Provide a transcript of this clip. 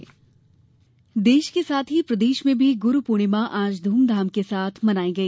गुरू पूर्णिमा देश के साथ ही प्रदेश में भी गुरू पूर्णिमा आज धूमधाम के साथ मनाई गई